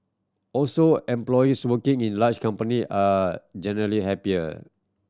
also employees working in larger company are generally happier